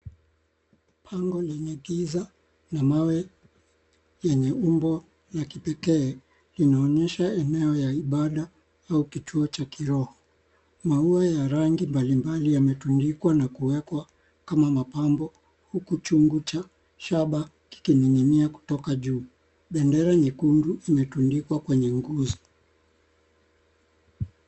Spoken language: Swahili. Pango lenye giza na mawe yenye umbo la kipekee linaonyesha eneo la ibada au kituo cha kiroho, maua yenye rangi mbali mbali yametundikwa na kuekwa kama mapambo huku chungu cha shaba kikining'inia toka juu. Bendera nyekundu imetundikwa kwenye nguzo.